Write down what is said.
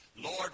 Lord